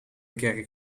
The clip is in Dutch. kerk